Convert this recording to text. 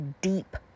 deep